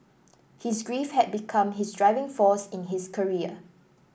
his grief had become his driving force in his career